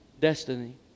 destiny